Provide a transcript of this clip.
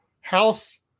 house